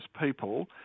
people